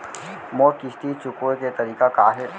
मोर किस्ती चुकोय के तारीक का हे?